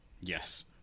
Yes